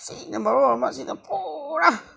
ꯁꯤꯅ ꯃꯔꯣꯜ ꯑꯃ ꯁꯤꯅ ꯄꯨꯔꯥ